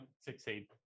succeed